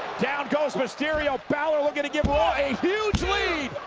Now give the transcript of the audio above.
down goes mysterio, balor looking to give raw a huge lead.